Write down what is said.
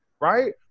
right